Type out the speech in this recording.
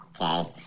okay